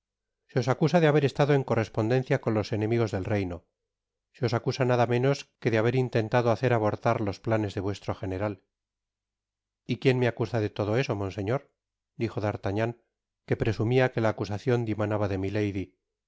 se os acusa de haber estado en correspondencia con los enemigos del reino se os acusa nada menos que de haber intentado hacer abortar los planes de vuestro general y quién me acusa de todo eso monseñor dijo d'artagnan que presumia que la acusacion dimanaba de milady